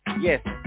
Yes